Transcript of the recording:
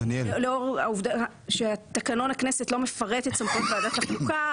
לאור העובדה שתקנון הכנסת לא מפרט את סמכויות ועדת החוקה,